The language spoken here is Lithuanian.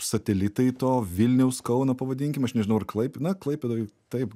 satelitai to vilniaus kauno pavadinkim aš nežinau ar klaipė na klaipėdoj taip